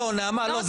נעמה,